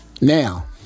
now